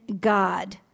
God